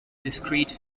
discrete